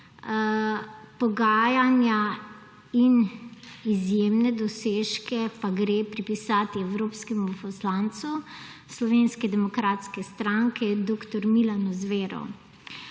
Pogajanja in izjemne dosežke pa gre pripisati evropskemu poslancu Slovenske demokratske stranke dr. Milanu Zveru.